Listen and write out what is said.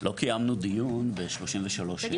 לא קיימנו דיון ב-33 ה',